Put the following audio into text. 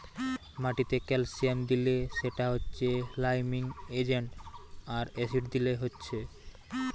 মাটিতে ক্যালসিয়াম দিলে সেটা হচ্ছে লাইমিং এজেন্ট আর অ্যাসিড দিলে হচ্ছে